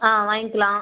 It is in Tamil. ஆ வாங்கிக்கலாம்